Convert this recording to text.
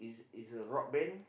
is is a rock band